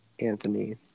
Anthony